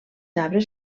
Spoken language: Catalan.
arbres